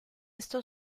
esto